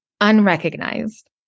unrecognized